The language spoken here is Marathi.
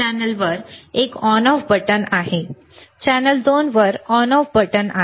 चॅनेलवर एक ऑन ऑफ बटण आहे चॅनेल 2 वर ऑन ऑफ बटण आहे